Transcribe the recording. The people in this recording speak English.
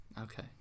Okay